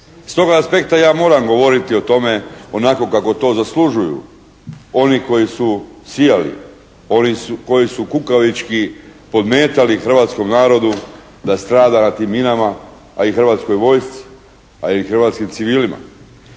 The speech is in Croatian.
S toga aspekta ja moram govoriti o tome onako kako to zaslužuju oni koji su sijali, oni koji su kukavički podmetali hrvatskom narodu da strada na tim minama, a i Hrvatskoj vojsci, a i hrvatskim civilima.